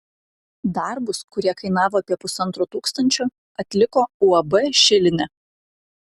darbus kurie kainavo apie pusantro tūkstančio atliko uab šilinė